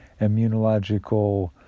immunological